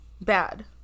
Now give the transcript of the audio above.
bad